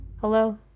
hello